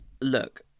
look